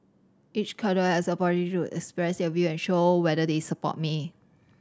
each cadre has the to express their view and show whether they support me